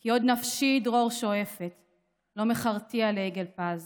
/ כי עוד נפשי דרור שואפת / לא מכרתיה לעגל פז,